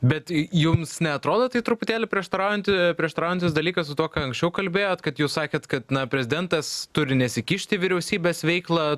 bet jums neatrodo tai truputėlį prieštaraujanti prieštaraujantis dalykas su tuo ką anksčiau kalbėjot kad jūs sakėt kad na prezidentas turi nesikišti į vyriausybės veiklą